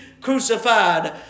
crucified